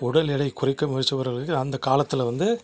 உடல் இடைய குறைக்க முயற்சி பண்ணுறவுங்களுக்கு அந்த காலத்தில் வந்து